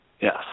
Yes